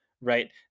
right